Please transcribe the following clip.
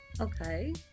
Okay